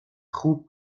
خوب